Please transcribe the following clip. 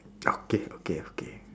okay okay okay